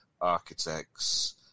architects